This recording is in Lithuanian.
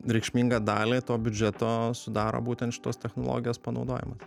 reikšmingą dalį to biudžeto sudaro būtent šitos technologijos panaudojima